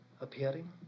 appearing